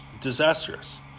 Disastrous